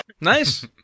Nice